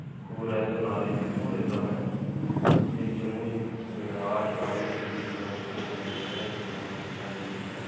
पूरा एह्दा नालेज इत्थूं लैता में फ्ही जम्मू जेह्की आर्ट कालेज डिग्री दा उत्थूं दा में जेह्ड़ा एह् डिप्लोमा कीता डिग्री दा